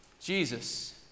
Jesus